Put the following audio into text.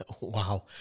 Wow